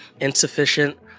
insufficient